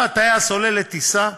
טייס עולה לטיסה,